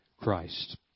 Christ